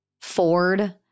Ford